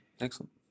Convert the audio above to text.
Excellent